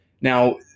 now